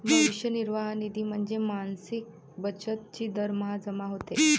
भविष्य निर्वाह निधी म्हणजे मासिक बचत जी दरमहा जमा होते